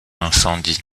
incendie